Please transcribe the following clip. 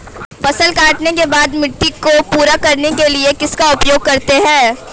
फसल काटने के बाद मिट्टी को पूरा करने के लिए किसका उपयोग करते हैं?